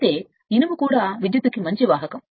అయితే ఇనుము కూడా విద్యుత్తుకు మంచి వాహకం